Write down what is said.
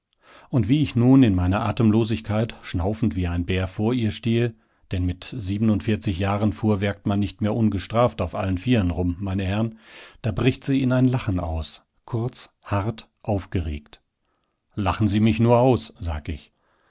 und wie ich nun in meiner atemlosigkeit schnaufend wie cm bär vor ihr stehe denn mit siebenundvierzig jahren fuhrwerkt man nicht mehr ungestraft auf allen vieren rum meine herren da bricht sie in ein lachen aus kurz hart aufgeregt lachen sie mich nur aus sag ich